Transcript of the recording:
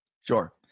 Sure